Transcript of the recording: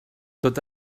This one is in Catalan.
tot